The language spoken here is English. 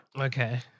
Okay